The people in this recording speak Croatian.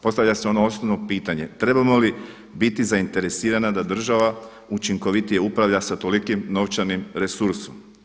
Postavlja se ono osnovno pitanje trebamo li biti zainteresirani da država učinkovitije upravlja sa tolikim novčanim resursom?